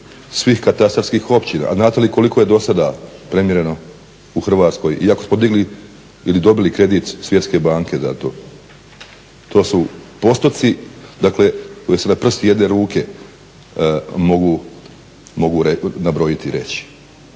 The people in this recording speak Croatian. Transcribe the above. svih katastarskih općina a znate li koliko je dosada premjereno u Hrvatskoj iako smo digli ili dobili kredit svjetske banke za to. To su postotci dakle koji su na prsti jedne ruke mogu nabrojiti i